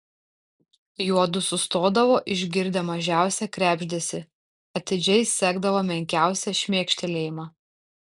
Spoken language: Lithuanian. juodu sustodavo išgirdę mažiausią krebždesį atidžiai sekdavo menkiausią šmėkštelėjimą